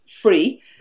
free